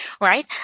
right